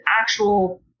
actual